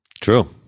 True